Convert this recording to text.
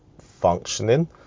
functioning